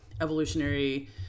evolutionary